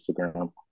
Instagram